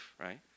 right